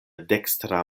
dekstra